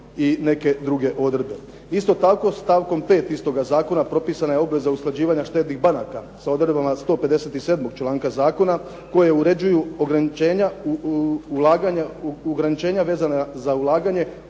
i neke druge odredbe. Isto tako, stavkom 5. istoga Zakona propisana je obveza usklađivanja štednih banaka sa odredbama 157. članka zakona koje uređuje ograničenja vezana za ulaganje